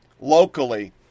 locally